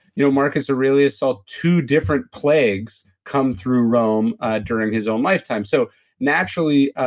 you know marcus aurelius saw two different plagues come through rome during his own lifetime. so naturally,